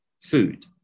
food